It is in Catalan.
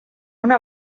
una